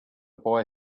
boy